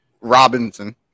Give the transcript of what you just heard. Robinson